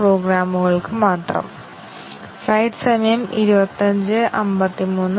മൂന്നാമത്തേത് 3 ഉം 4 ഉം 4 ഉം 3 ഉം മാത്രമാണ്